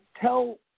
tell